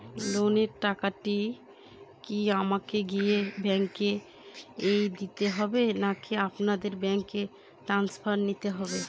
লোনের টাকাটি কি আমাকে গিয়ে ব্যাংক এ দিতে হবে নাকি আপনাদের ব্যাংক এর স্টাফরা নিতে আসে?